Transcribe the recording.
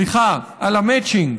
המצ'ינג,